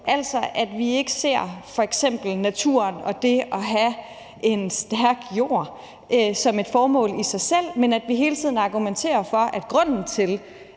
altså at vi ikke ser f.eks. naturen og det at have en stærk jord som et formål i sig selv, men hele tiden argumenterer for, at grunden til,